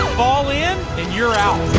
fall in and you're out.